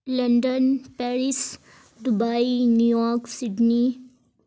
London Paris Dubai New York Sydney